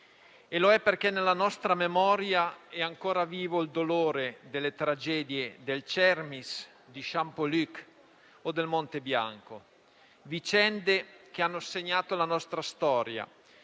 Lo è perché nella nostra memoria è ancora vivo il dolore delle tragedie del Cermis, di Champoluc o del Montebianco; vicende che hanno segnato la nostra storia